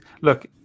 Look